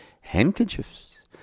handkerchiefs